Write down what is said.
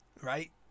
Right